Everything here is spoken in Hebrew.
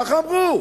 ככה אמרו.